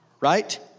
Right